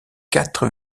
quatre